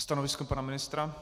Stanovisko pana ministra?